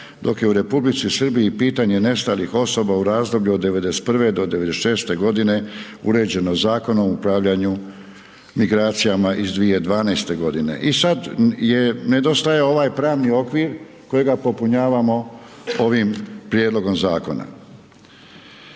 dok je u Republici Srbiji pitanje nestalih osoba u razdoblju od '91.-'96. g. uređeno Zakonom o upravljanju migracijama iz 2012. g. I sada nedostaje ovaj pravni okvir, kojeg popunjavamo ovim prijedlogom zakona.